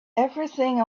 everything